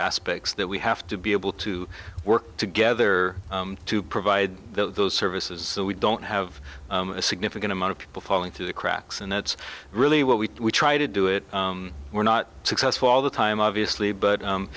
aspects that we have to be able to work together to provide those services that we don't have a significant amount of people falling through the cracks and that's really what we try to do it were not successful all the time obviously but